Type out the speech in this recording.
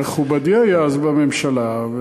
מכובדי היה אז בממשלה,